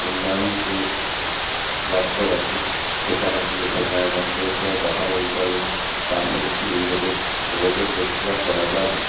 অন্যান্য যে দপ্তর আছে সেখানে গিয়ে ভেটেরিনারি ডক্টরের সঙ্গে কথা বলতে হবে তার ফলে কি এই রোদের রোগের প্রতিকার করা যাবে